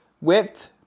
width